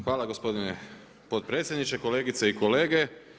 Hvala gospodine potpredsjedniče, kolegice i kolege.